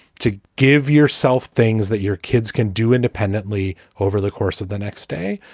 to give yourself things that your kids can do independently over the course of the next day.